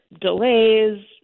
delays